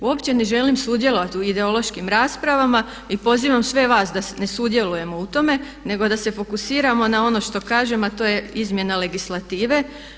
Uopće ne želim sudjelovati u ideološkim raspravama i pozivam sve vas da ne sudjelujemo u tome nego da se fokusiramo na ono što kažem a to je izmjena legislative.